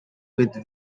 with